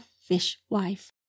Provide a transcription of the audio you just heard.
fishwife